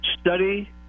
study